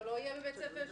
שלא יהיה לו בית ספר?